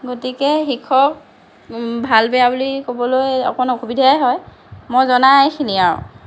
গতিকে শিক্ষক ভাল বেয়া বুলি ক'বলৈ অকমান অসুবিধাই হয় মই জনা এইখিনিয়েই আৰু